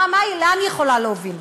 לאן היא יכולה להוביל אתכם?